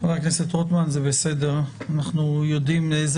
חבר הכנסת רוטמן זה בסדר, אנחנו יודעים איזה